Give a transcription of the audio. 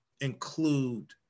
include